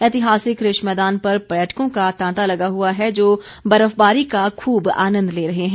ऐतिहासिक रिज मैदान पर पर्यटकों का तांता लगा हुआ है जो बर्फबारी का खूब आनन्द ले रहे हैं